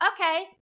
Okay